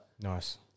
Nice